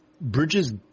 Bridges